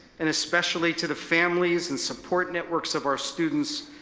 and especially to the families and support networks of our students,